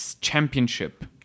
Championship